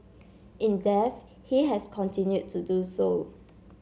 in death he has continued to do so